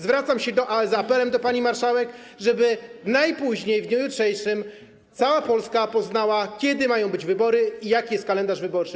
Zwracam się z apelem do pani marszałek, żeby najpóźniej w dniu jutrzejszym cała Polska poznała, kiedy mają być wybory i jaki jest kalendarz wyborczy.